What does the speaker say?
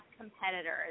competitors